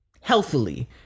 healthily